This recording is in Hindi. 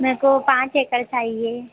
मे को पाँच एकड़ चाहिए